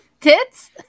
Tits